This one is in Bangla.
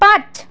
পাঁচ